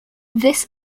this